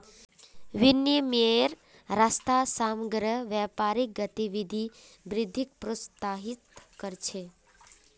विनिमयेर रास्ता समग्र व्यापारिक गतिविधित वृद्धिक प्रोत्साहित कर छे